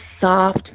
soft